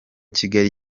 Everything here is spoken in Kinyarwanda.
kigali